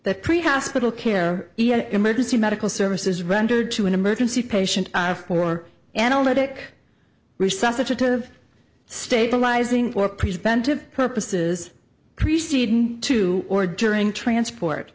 that pre hospital care emergency medical services rendered to an emergency patient or analytic resuscitative stabilizing or preventive purposes preceding to or during transport